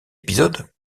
épisode